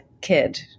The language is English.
kid